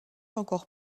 encore